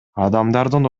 адамдардын